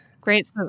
Great